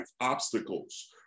obstacles